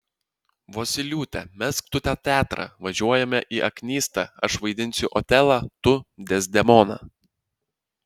vosyliūte mesk tu tą teatrą važiuojame į aknystą aš vaidinsiu otelą tu dezdemoną